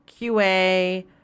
QA